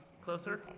Closer